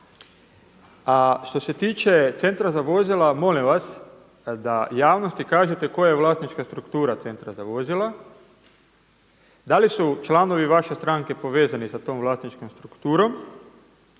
što se tiče Centra za vozila, molim vas da javnosti kažete koja je vlasnička struktura Centra za vozila, da li su članovi vaše stranke povezani sa tom vlasničkom strukturom,